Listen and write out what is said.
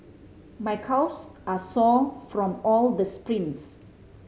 my calves are sore from all the sprints